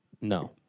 No